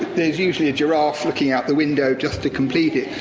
there's usually a giraffe looking out the window, just to complete it.